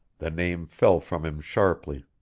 the name fell from him sharply.